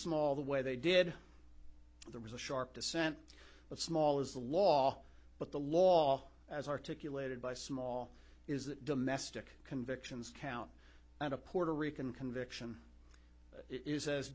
the way they did there was a sharp dissent but small as the law but the law as articulated by small is that domestic convictions count and a puerto rican conviction is as